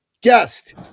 guest